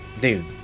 dude